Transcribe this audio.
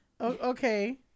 Okay